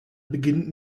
beginnt